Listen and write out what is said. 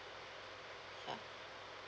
ya